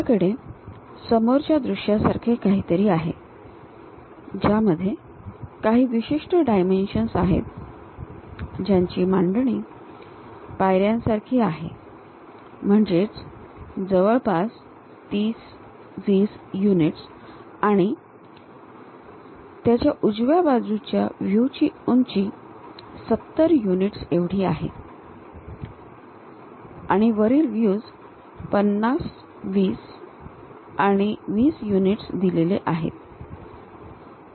आपल्याकडे समोरच्या दृश्यासारखे काहीतरी आहे ज्यामध्ये काही विशिष्ट डायमेन्शन्स आहेत ज्यांची मांडणी पायऱ्यांसारखी आहे म्हणजे जवळपास 30 20 युनिट्स आणि त्याच्या उजव्या बाजूच्या व्ह्यू ची उंची 70 युनिट्स एवढी दिलेली आहे आणि वरील व्ह्यूस 50 20 आणि 20 युनिट्स दिलेले आहेत